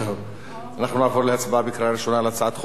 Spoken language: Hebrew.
אנחנו נעבור להצבעה בקריאה ראשונה על הצעת חוק גיל